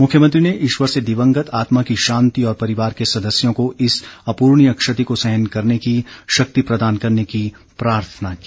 मुख्यमंत्री ने ईश्वर से दिवंगत आत्मा की शांति और परिवार के सदस्यों को इस अपूर्णीय क्षति को सहन करने की शक्ति प्रदान करने की प्रार्थना की